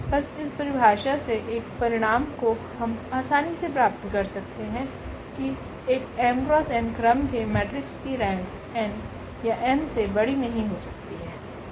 बस इस परिभाषा से एक परिणाम को हम आसानी से पता कर सकते हैं कि की एक 𝑚 × 𝑛क्रम के मेट्रिक्स की रेंक 𝑛या𝑚से बडी नहीं हो सकती है